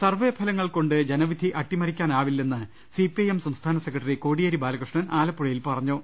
survey ഫലങ്ങൾകൊണ്ട് ജനവിധി അട്ടിമറിക്കാനാവില്ലെന്ന് സിപി ഐഎം സംസ്ഥാന സെക്രട്ടറി കോടിയേരി ബാലകൃഷ്ണൻ ആലപ്പുഴ യിൽ പറഞ്ഞു